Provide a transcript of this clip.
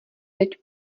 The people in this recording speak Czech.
teď